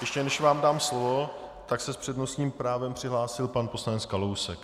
A ještě než vám dám slovo , tak se s přednostním právem přihlásil pan poslanec Kalousek.